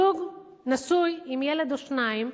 זוג נשוי עם ילד או שניים,